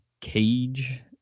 cage